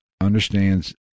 understands